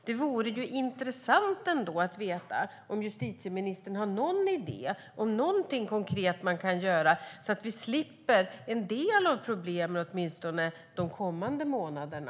Det vore intressant att veta om justitieministern har någon idé om något konkret som kan göras så att vi kan slippa en del av problemen de kommande månaderna.